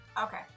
Okay